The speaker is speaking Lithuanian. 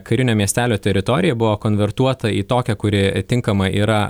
karinio miestelio teritorija buvo konvertuota į tokią kuri tinkama yra